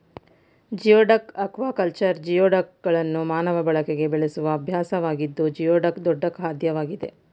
geoduck aquaculture ಜಿಯೋಡಕ್ಗಳನ್ನು ಮಾನವ ಬಳಕೆಗೆ ಬೆಳೆಸುವ ಅಭ್ಯಾಸವಾಗಿದ್ದು ಜಿಯೋಡಕ್ ದೊಡ್ಡ ಖಾದ್ಯವಾಗಿದೆ